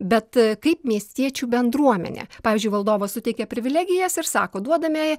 bet kaip miestiečių bendruomenė pavyzdžiui valdovas suteikia privilegijas ir sako duodame